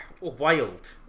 Wild